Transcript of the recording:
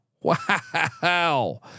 Wow